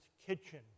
Kitchen